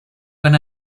when